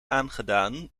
aangedaan